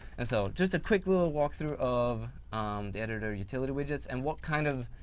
and so just a quick little walkthrough of the editor utility widgets and what kind of